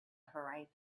horizon